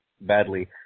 badly